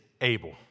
able